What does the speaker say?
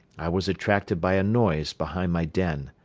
i was attracted by a noise behind my den.